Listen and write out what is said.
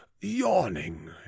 yawning